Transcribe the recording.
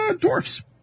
Dwarfs